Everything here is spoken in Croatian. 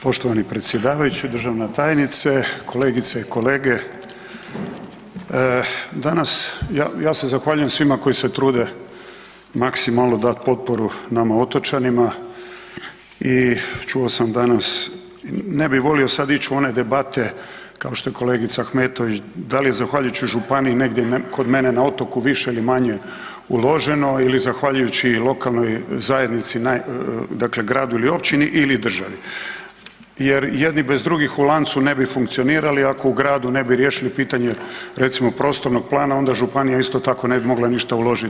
Poštovani predsjedavajući, državna tajnice, kolegice i kolege, danas, ja se zahvaljujem svima koji se trude maksimalno dati potporu nama otočanima i čuo sam danas, ne bi volio ići sad u one debate kao što je kolegica Ahmetović, da li je zahvaljujući županiji negdje kod mene na otoku više ili manje uloženo ili zahvaljujući lokalnoj zajednici dakle gradu ili općini ili državi jer jedni bez drugih u lancu ne bi funkcionirali ako u gradu ne bi riješili pitanje recimo prostornog plana onda županija isto tako ne bi mogla ništa uložiti.